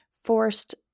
forced